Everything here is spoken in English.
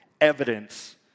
evidence